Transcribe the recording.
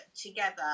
together